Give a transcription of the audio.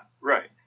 right